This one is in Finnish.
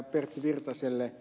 pertti virtaselle